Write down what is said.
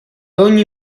ogni